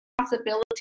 responsibility